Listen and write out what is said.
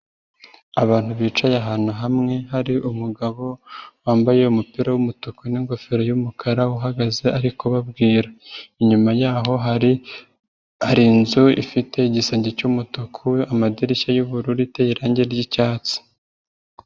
Abantu bicaye ahantu hamwe hari n'umugabo wambaye umupira w'umutuku n'ingofero, y'umukara uhagaze arimo babwira inyuma yaboho hari ari inzu ifite igisenge cy'umutuku amadirishya y'ubururu ifite irangi ry'icyatsi.